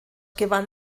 gewann